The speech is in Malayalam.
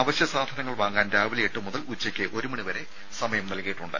അവശ്യ സാധനങ്ങൾ വാങ്ങാൻ രാവിലെ എട്ടുമുതൽ ഉച്ചയ്ക്ക് ഒരു മണി വരെ സമയം നൽകിയിട്ടുണ്ട്